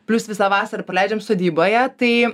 plius visą vasarą praleidžiam sodyboje tai